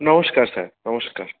নমস্কার স্যার নমস্কার